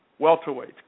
welterweights